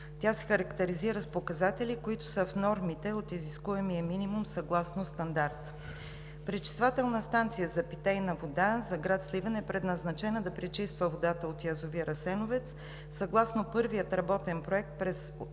Тя се характеризира с показатели, които са в нормите от изискуемия минимум съгласно стандарта. Пречиствателна станция за питейна вода за град Сливен е предназначена да пречиства водата от язовир „Асеновец“ и съгласно първия работен проект от 1987